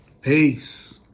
Peace